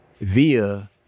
via